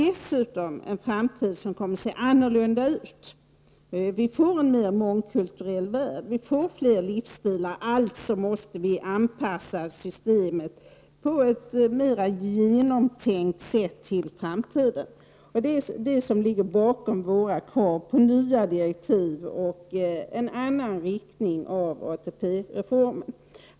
Dessutom kommer det att se annorlunda ut i framtiden. Världen blir mer mångkulturell. Det tillkommer fler livsstilar. Därför måste systemet på ett mer genomtänkt sätt anpassas till framtiden. Det är detta som ligger bakom våra krav på nya direktiv och en annan inriktning beträffande ATP-reformen.